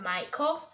Michael